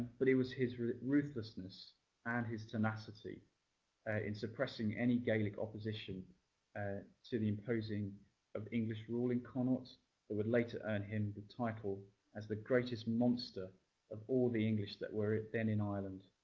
but it was his ruthlessness and his tenacity in suppressing any gaelic opposition ah to the imposing of english rule in connaught that would later earn him the title as the greatest monster of all the english that where then in ireland.